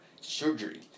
surgery